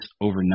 overnight